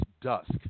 Dusk